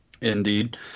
Indeed